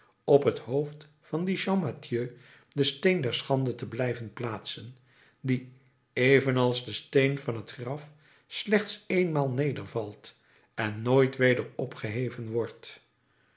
op het hoofd van dien champmathieu den steen der schande te blijven plaatsen die evenals de steen van het graf slechts éénmaal nedervalt en nooit weder opgeheven wordt